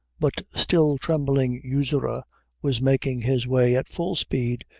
but still trembling usurer was making his way, at full speed,